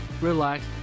relax